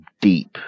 deep